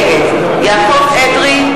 נגד יעקב אדרי,